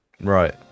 Right